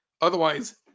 Otherwise